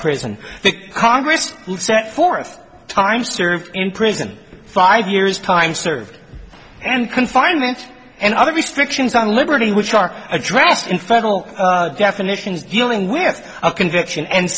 prison the congress set forth time served in prison five years time served and confinement and other restrictions on liberty which are addressed in federal definitions dealing with a conviction and